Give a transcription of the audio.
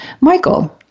Michael